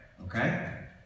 Okay